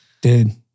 Dude